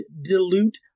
dilute